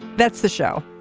that's the show.